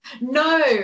No